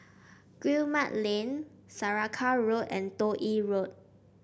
Guillemard Lane Saraca Road and Toh Yi Road